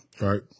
right